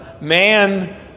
Man